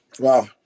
Wow